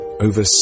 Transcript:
Over